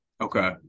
Okay